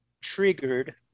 triggered